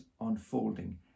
unfolding